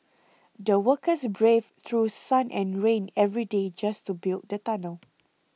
the workers braved through sun and rain every day just to build the tunnel